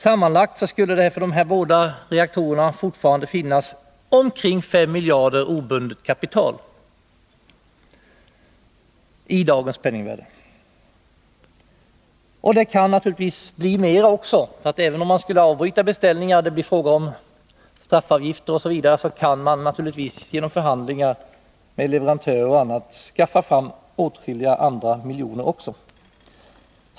Sammanlagt skulle det för de här båda reaktorerna fortfarande finnas omkring 5 miljarder obundet kapital i dagens penningvärde. Och det kan naturligtvis bli mer också. Även om man skulle avbryta beställningar och det blir fråga om straffavgifter o. d. kan man naturligtvis genom förhandlingar med leverantörer skaffa fram åtskilliga miljoner.